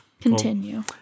Continue